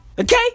Okay